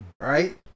right